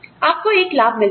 आपको एक लाभ मिलता है